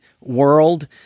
world